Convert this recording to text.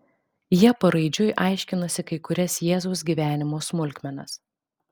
jie paraidžiui aiškinosi kai kurias jėzaus gyvenimo smulkmenas